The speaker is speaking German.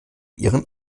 ihren